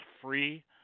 free